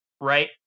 right